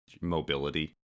mobility